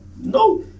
no